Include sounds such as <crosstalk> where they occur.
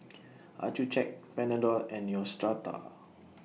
<noise> Accucheck Panadol and Neostrata <noise>